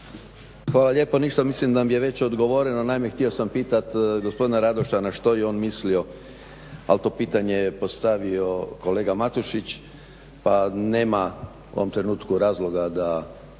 Hvala lijep. Ništa, mislim da mi je već odgovoreno, naime htio sam pitat gospodina Radoša na što je on mislio, ali to pitanje je postavio kolega Matušić pa nema u ovom trenutku razloga da